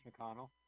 McConnell